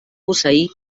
posseir